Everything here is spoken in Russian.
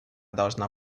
должна